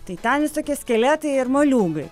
tai ten visokie skeletai ir moliūgai